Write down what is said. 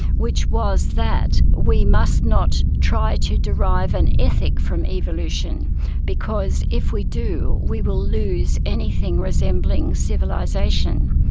which was that we must not try to derive an ethic from evolution because if we do we will lose anything resembling civilisation.